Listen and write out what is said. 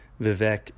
Vivek